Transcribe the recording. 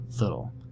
little